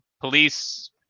police